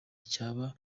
cyaba